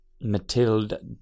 Mathilde